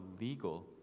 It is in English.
legal